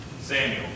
Samuel